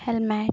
helmet